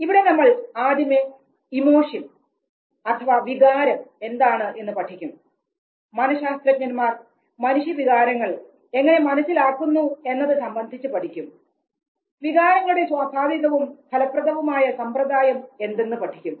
ഇവിടെ നമ്മൾ ആദ്യമേ ഇമോഷൻ അഥവാ വികാരം എന്താണ് എന്ന് പഠിക്കും മനശാസ്ത്രജ്ഞന്മാർ മനുഷ്യവികാരങ്ങൾ എങ്ങനെ മനസ്സിലാക്കുന്നു എന്നത് സംബന്ധിച്ച് പഠിക്കും വികാരങ്ങളുടെ സ്വാഭാവികവും ഫലപ്രദവും ആയ സമ്പ്രദായം എന്തെന്ന് പഠിക്കും